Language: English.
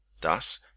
Thus